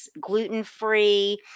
gluten-free